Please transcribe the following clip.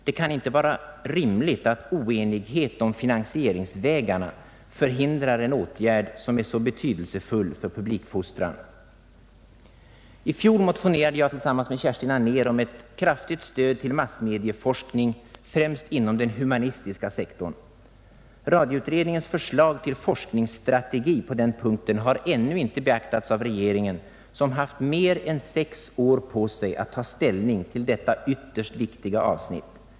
Det kan inte vara rimligt att oenighet om finansieringsvägarna förhindrar en åtgärd som är så betydelsefull för I fjol motionerade jag tillsammans med Kerstin Anér om ett kraftigt stöd till massmedieforskning, främst inom den humanistiska sektorn. Radioutredningens förslag till forskningsstrategi på den punkten har ännu inte beaktats av regeringen, som haft mer än sex år på sig att ta ställning till detta ytterst viktiga avsnitt.